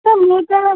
sir ମୁଁ ତ